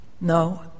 No